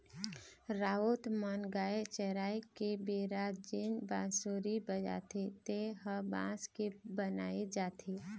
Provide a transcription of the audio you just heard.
राउत मन गाय चराय के बेरा जेन बांसुरी बजाथे तेन ह बांस के बनाए जाथे